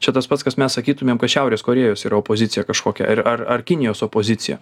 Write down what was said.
čia tas pats kas mes sakytumėm kad šiaurės korėjos yra opozicija kažkokia ar ar ar kinijos opozicija